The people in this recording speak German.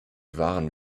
waren